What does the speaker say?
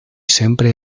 sempre